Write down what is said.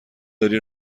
داری